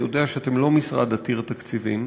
אני יודע שאתם לא משרד עתיר תקציבים,